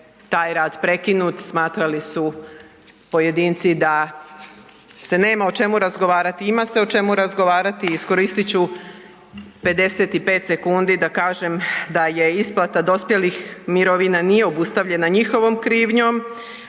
taj rad prekinut. Smatrali su pojedinci da se nema o čemu razgovarati. Ima se o čemu razgovarati i iskoristit ću 55 sekundi da kažem da je isplata dospjelih mirovina nije obustavljena njihovom krivnjom,